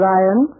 Ryan